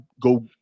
go